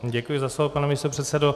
Děkuji za slovo, pane místopředsedo.